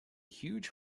huge